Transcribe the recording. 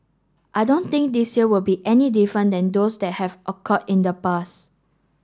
I don't think this year will be any different than those that have occurred in the past